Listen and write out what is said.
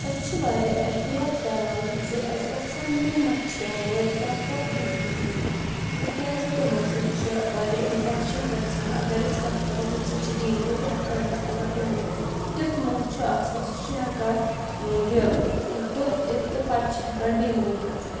أسۍ چھِ واریاہ احتیاط کَران زِ اَسہِ گژھن نہٕ مَچھِ یا مٔہے ٹۄپ وۄپ دِنۍ کِہینۍ نہٕ تِکیازِ تِمو سۭتۍ چھِ واریاہ اِنفٮ۪کشَن گَژھان اگر أسۍ کَتھ کَرو تَمہِ سۭتۍ چھِ ڈینگوٗ تہِ ہٮ۪کان گٔژھِتھ اگر کُنہِ وِز تیُٚتھ موٚہ چھُ آسان سُہ چھِ ہٮ۪کان یہِ ٹھۄپھ دِتھ تہٕ پَتہٕ چھِ ہٮ۪کان ڈینگوٗ گٔژھِتھ